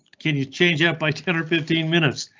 can you change it by ten or fifteen minutes?